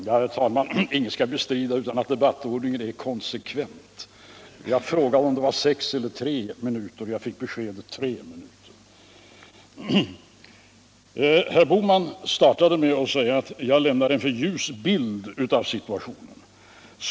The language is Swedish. Herr tulman! Ingen kan bestrida att debattordningen här är konsekvent. Jag frågade om det var sex eller tre minuter och fick beskedet tre minuter. Herr Bohman startade med att säga att jag lämnar en för ljus bild av situationen.